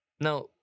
Now